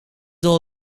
all